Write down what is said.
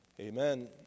amen